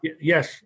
Yes